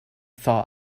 thaw